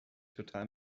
total